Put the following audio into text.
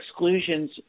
exclusions